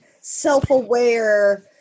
self-aware